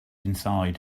inside